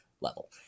level